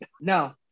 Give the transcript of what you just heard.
No